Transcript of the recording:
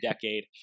decade